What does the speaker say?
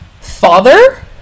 father